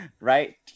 Right